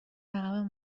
عقب